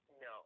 No